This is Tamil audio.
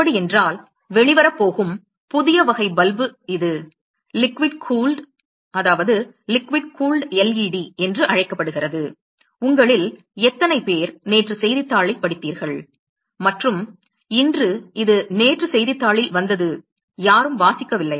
அப்படியென்றால் வெளிவரப்போகும் புதிய வகை பல்பு இது லிக்விட் கூல்டு LED என்று அழைக்கப்படுகிறது உங்களில் எத்தனை பேர் நேற்று செய்தித்தாளை படித்தீர்கள் மற்றும் இன்று இது நேற்று செய்தித்தாளில் வந்தது யாரும் வாசிக்கவில்லை